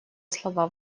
слова